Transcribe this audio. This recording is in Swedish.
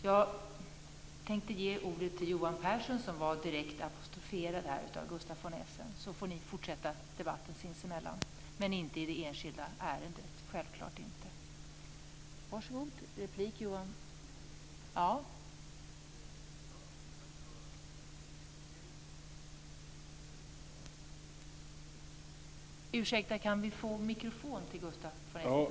Jag tänker ge ordet till Johan Pehrson som var direkt apostroferad av Gustaf von Essen, så får ni fortsätta debatten sinsemellan - men självfallet inte i det enskilda ärendet.